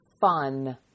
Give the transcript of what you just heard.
fun